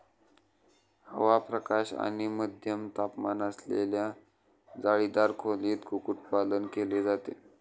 हवा, प्रकाश आणि मध्यम तापमान असलेल्या जाळीदार खोलीत कुक्कुटपालन केले जाते